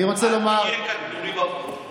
אני רוצה לומר, אל תהיה קטנוני בפרוצדורות.